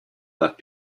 that